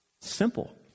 simple